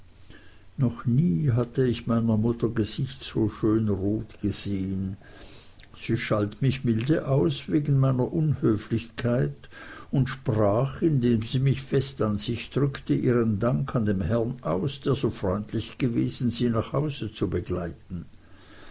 noch nie hatte ich meiner mutter gesicht so schön rot gesehen sie schalt mich milde aus wegen meiner unhöflichkeit und sprach indem sie mich fest an sich drückte ihren dank dem herrn aus der so freundlich gewesen sie nach hause zu begleiten